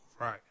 Right